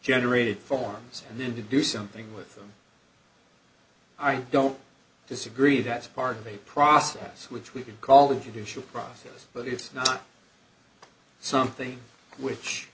generated forms and then to do something with them i don't disagree that's part of a process which we can call the judicial process but it's not something which